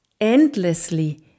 endlessly